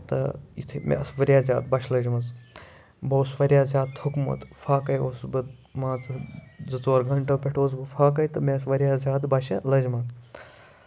تہٕ یِتھُے مےٚ ٲسۍ واریاہ زیادٕ بوٚچھِ لٔجمٕژ بہٕ اوسُس واریاہ زیادٕ تھوٚکمُت فاقے اوسُس بہٕ مان ژٕ زٕ ژور گنٹو پٮ۪ٹھ اوسُس بہٕ فاقے تہٕ مےٚ ٲسۍ واریاہ زیادٕ بوٚچھِ لٔجمٕژ